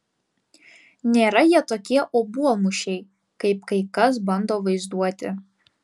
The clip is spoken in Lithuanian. nėra jie tokie obuolmušiai kaip kai kas bando vaizduoti